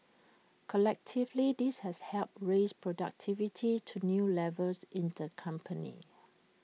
collectively this has helped raise productivity to new levels in the company